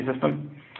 system